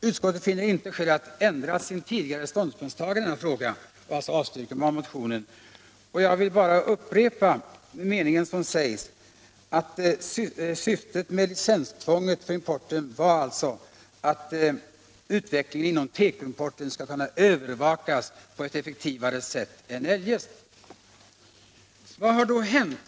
Utskottet finner inte skäl att ändra sitt tidigare ståndpunktstagande i denna fråga. Utskottet avstyrker alltså motionen.” Jag vill bara upprepa att syftet med licenstvånget var att utvecklingen inom tekoimporten skall kunna övervakas på ett effektivare sätt än eljest. Vad har då hänt?